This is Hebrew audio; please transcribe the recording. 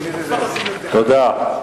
תודה.